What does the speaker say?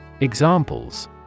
Examples